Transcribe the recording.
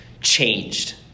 changed